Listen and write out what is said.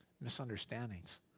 misunderstandings